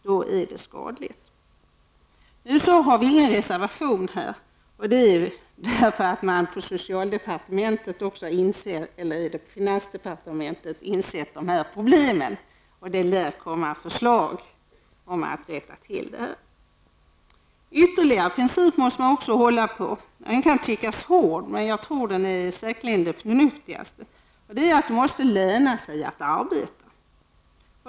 Då är det skadligt. Vi har ingen reservation på den punkten. Det är för att finansdepartementet har insett problemen, och det lär komma förslag om att rätta till dem. Det finns ytterligare en princip som man också måste hålla på. Den kan tyckas hård men är säkerligen den förnuftigaste. Det måste löna sig att arbeta.